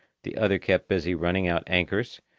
the other kept busy running out anchors,